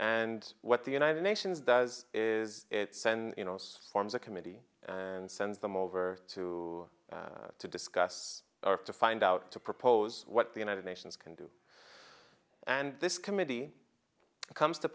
and what the united nations does is it send us forms a committee and sends them over to to discuss or to find out to propose what the united nations can do and this committee comes to